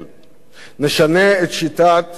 נשנה את שיטת הממשל.